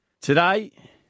Today